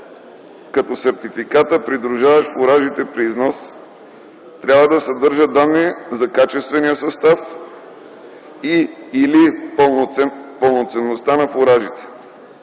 когато сертификатът, придружаващ фуражите при износ, трябва да съдържа данни за качествения състав и/или пълноценността на фуражите.